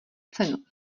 cenu